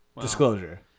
Disclosure